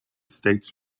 states